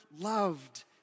loved